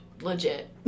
legit